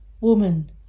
Woman